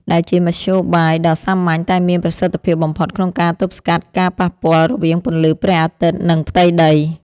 ដែលជាមធ្យោបាយដ៏សាមញ្ញតែមានប្រសិទ្ធភាពបំផុតក្នុងការទប់ស្កាត់ការប៉ះផ្ទាល់រវាងពន្លឺព្រះអាទិត្យ និងផ្ទៃដី។